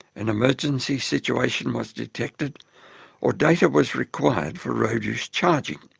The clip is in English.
an emergency situation was detected or data was required for road use charging.